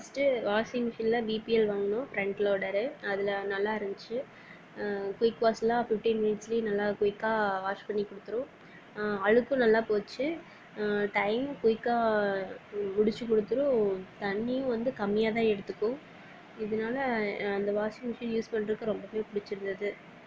first washing மிஷினில் BPL வாங்கினோம் front loader அதில் நல்லா இருந்துச்சு குயிக் வாஷ்லாம் ஃபிப்ட்டின் மினிட்ஸ்லே நல்லா குயிக்காக வாஷ் பண்ணி கொடுத்துரும் அழுக்கும் நல்லா போச்சு டைம் குயிக்காக முடிச்சு கொடுத்துரும் தண்ணியும் வந்து கம்மியாகதான் எடுத்துக்கும் இதனால அந்த வாசிங் மிஷின் யூஸ் பண்ணுறக்கு ரொம்பவே பிடிச்சிருந்துது